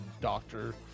doctor